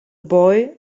boy